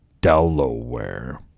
Delaware